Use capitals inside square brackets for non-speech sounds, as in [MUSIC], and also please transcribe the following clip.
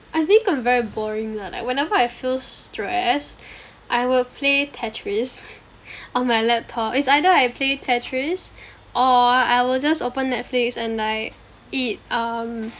I think I'm very boring lah like whenever I feel stressed I will play tetris [LAUGHS] on my laptop it's either I play tetris or I will just open netflix and I eat um